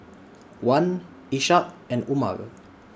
Wan Ishak and Umar